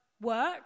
work